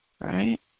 right